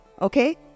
Okay